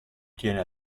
tiene